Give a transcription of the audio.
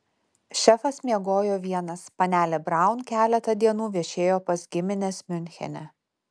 šefas miegojo vienas panelė braun keletą dienų viešėjo pas gimines miunchene